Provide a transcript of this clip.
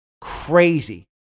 crazy